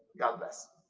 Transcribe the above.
god bless